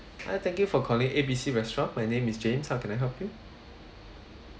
hi thank you for calling A B C restaurants my name is james how can I help you